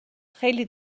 خیلی